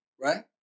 right